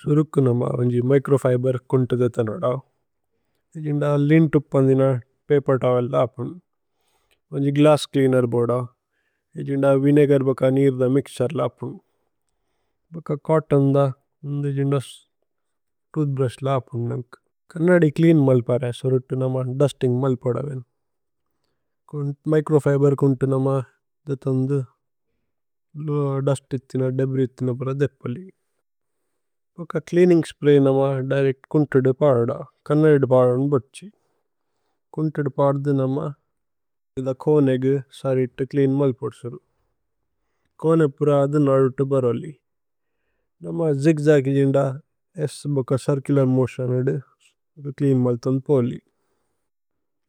സുരുക്കു നമ വന്ജി മിക്രോഫിബേര് കുന്തു ദിഥന്। വദ ഇജിന്ദ ലിന് തുപ്പന്ദിന പേപേര് തോവേല് ലാപുന്। വന്ജി ഗ്ലസ്സ് ച്ലേഅനേര് ബോദ ഇജിന്ദ വിനേഗര് ബക। നീര്ദ മിക്ത്സര് ലാപുന്। ഭക ചോത്തോന് ദ ഇജിന്ദ। തൂഥ്ബ്രുശ് ലാപുന് നന്കു കന്നദി ച്ലേഅന് മല്പരേ। സുരുക്കു നമ ദുസ്തിന്ഗ് മല്പോദ വേന് കുന്തു। മിക്രോഫിബേര് കുന്തു നമ। ദിഥന്ദു ലുഅ ദുസ്ത് ഇത്ഥിന ദേബ്രിസ് ഇത്ഥിന പര। ധേപ്പലി ഭക ച്ലേഅനിന്ഗ് സ്പ്രയ് നമ ദിരേച്ത് കുന്തുദു। പലദ കന്നദി പലന് ബഛ്ഛി കുന്തുദു പലധു നമ। ഇഥ കോനേഗു സരിത്തു ച്ലേഅന് മല്പോദ്സുരു കോനേപുര। അഥു നലുതു ബരോലി നമ ജിഗ്ജഗ് ഇജിന്ദ സ് ബക। ചിര്ചുലര് മോതിഓന് അദു ച്ലേഅന് മല്ഥന്ദു പോലി